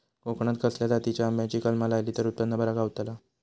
कोकणात खसल्या जातीच्या आंब्याची कलमा लायली तर उत्पन बरा गावताला?